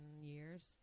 years